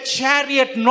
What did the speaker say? chariot